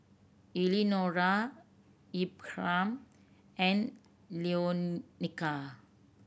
Eleonora Ephram and Leonia